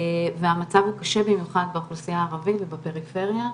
והמצב הוא קשה במיוחד באוכלוסייה הערבית ובפריפריה.